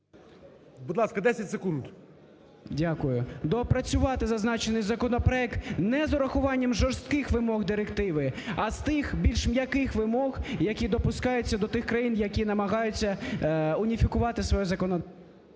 Доопрацювати зазначений законопроект не з урахуванням жорстких вимог директиви, а з тих більш м'яких вимог, які допускаються до тих країн, які намагаються уніфікувати своє… ГОЛОВУЮЧИЙ.